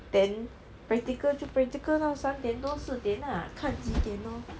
then practical 就 practical lah 三点多四点看几点 lor